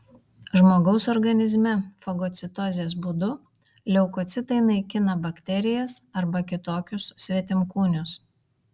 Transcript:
žmogaus organizme fagocitozės būdu leukocitai naikina bakterijas arba kitokius svetimkūnius